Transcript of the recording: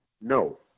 No